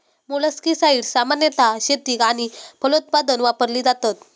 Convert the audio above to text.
मोलस्किसाड्स सामान्यतः शेतीक आणि फलोत्पादन वापरली जातत